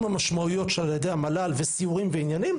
המשמעויות שלה על ידי המל"ל וסיורים ועניינים,